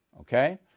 Okay